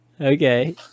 Okay